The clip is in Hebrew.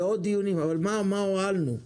אבל מה הועלנו?